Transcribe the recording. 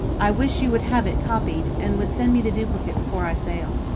i wish you would have it copied, and would send me the duplicate before i sail